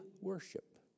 worship